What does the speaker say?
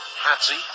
Patsy